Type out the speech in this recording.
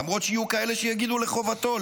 למרות שיהיו כאלה שיגידו לחובתו,